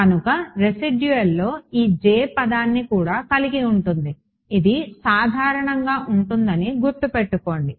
కనుక రెసిడ్యూయల్లో ఈ J పదాన్ని కూడా కలిగి ఉంటుంది ఇది సాధారణంగా ఉంటుందని గుర్తుపెట్టుకోండి